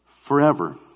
forever